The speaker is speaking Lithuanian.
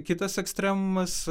kitas ekstremumas